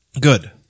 good